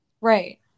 Right